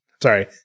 sorry